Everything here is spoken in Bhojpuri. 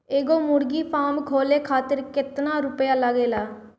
एगो मुर्गी फाम खोले खातिर केतना रुपया लागेला?